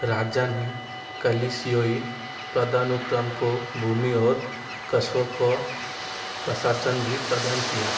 राजा ने कलिसयाेई पदानुक्रम को भूमि और क़स्बों को प्रशासन भी प्रदान किया